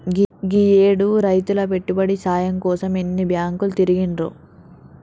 గీయేడు రైతులు పెట్టుబడి సాయం కోసం ఎన్ని బాంకులు తిరిగిండ్రో